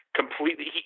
completely